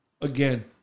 again